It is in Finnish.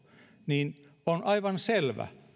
niin on aivan selvää